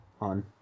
on